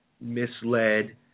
misled